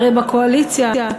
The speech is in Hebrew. הרי בקואליציה,